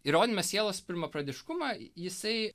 įrodyme sielos pirmapradiškumą jisai